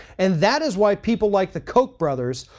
and that is why people like the koch brothers,